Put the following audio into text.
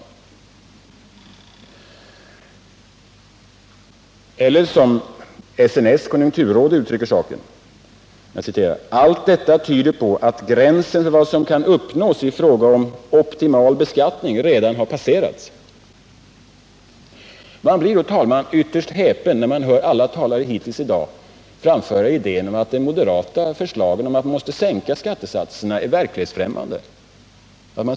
SNS-gruppen uttrycker saken på följande sätt: ” Allt detta tyder på att gränsen för vad som kan uppnås i fråga om "optimal beskattning” redan passerats.” Man blir då, herr talman, ytterst häpen när man hör alla talare hittills i dag framföra idén att de moderata förslagen om att sänka skattesatserna är verklighetsfrämmande.